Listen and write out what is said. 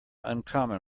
uncommon